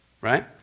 Right